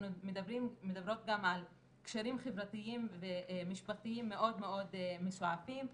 אנחנו מדברות גם על קשרים חברתיים ומשפחתיים מאוד מאוד מסועפים.